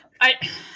I-